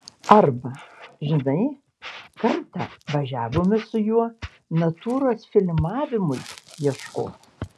arba žinai kartą važiavome su juo natūros filmavimui ieškot